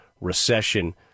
recession